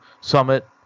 summit